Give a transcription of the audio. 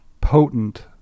potent